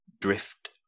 drift